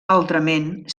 altrament